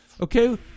Okay